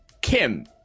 Kim